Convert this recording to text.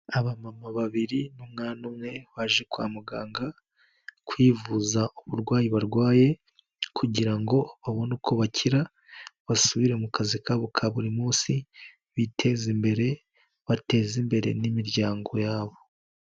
Abamama babiri n'umwana umwe, baje kwa muganga kwivuza uburwayi barwaye, kugira ngo babone uko bakira basubire mu kazi kabo ka buri munsi, biteze imbere, bateze imbere n'imiryango yabo.